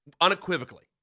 Unequivocally